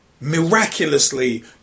miraculously